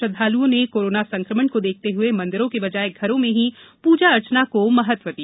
श्रद्दालुओं ने कोरोना संकमण को देखते हुए मंदिरों के बजाय घरों में ही पूजा अर्चना को महत्व दिया